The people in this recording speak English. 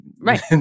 right